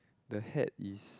the hat is